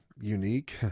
unique